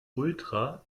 ultra